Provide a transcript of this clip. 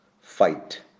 fight